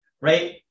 right